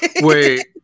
Wait